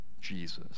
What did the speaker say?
Jesus